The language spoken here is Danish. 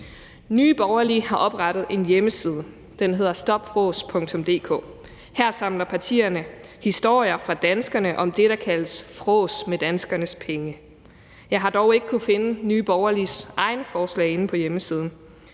Nye Borgerlige har oprettet en hjemmeside. Den hedder www.stopfraas.dk. Her samler partiet historier fra danskerne om det, der kaldes frås med danskernes penge. Jeg har dog ikke kunnet finde Nye Borgerliges egne forslag inde på hjemmesiden,